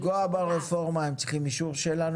לפגוע ברפורמה הם צריכים את האישור שלנו.